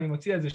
אני מציע את זה,